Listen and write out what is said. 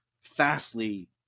fastly